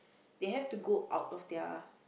they have to go out of their